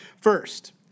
First